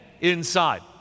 inside